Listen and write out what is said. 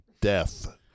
death